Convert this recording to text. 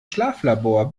schlaflabor